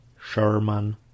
Sherman